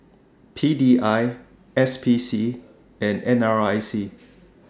P D I S P C and N R I C